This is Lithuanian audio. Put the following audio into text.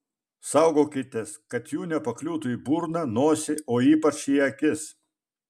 saugokitės kad jų nepakliūtų į burną nosį o ypač į akis